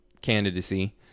candidacy